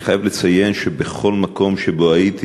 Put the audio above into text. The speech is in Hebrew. אני חייב לציין שבכל מקום שבו הייתי,